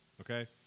okay